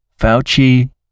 Fauci